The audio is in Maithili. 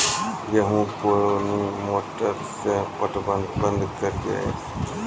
गेहूँ कोनी मोटर से पटवन बंद करिए?